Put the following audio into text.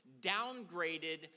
downgraded